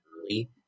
early